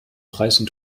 preisen